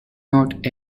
not